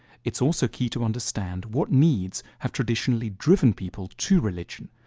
its also key to understand what needs have traditionally driven people to religion.